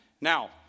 Now